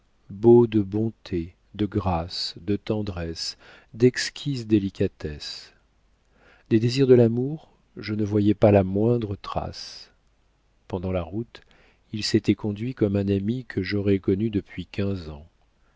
beau de bonté de grâce de tendresse d'exquise délicatesse des désirs de l'amour je ne voyais pas la moindre trace pendant la route il s'était conduit comme un ami que j'aurais connu depuis quinze ans